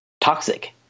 toxic